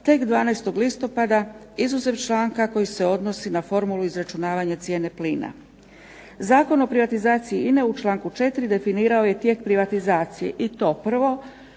tek 12. listopada izuzev članka koji se odnosi na formulu izračunavanja cijene plina. Zakon o privatizaciji INA-e u članku 4. definirao je tijek privatizacije. I to 1.